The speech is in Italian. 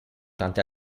tante